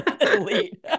elite